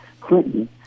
Clinton